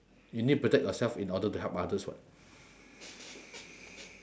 you need protect yourself in order to help others what